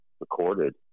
recorded